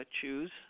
choose